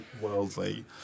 worldly